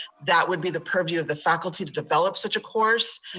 that would be the purview of the faculty to develop such a course,